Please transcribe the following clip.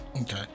Okay